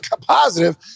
positive